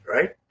right